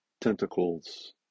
tentacles